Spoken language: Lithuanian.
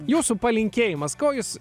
jūsų palinkėjimas ko jūs